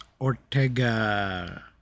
Ortega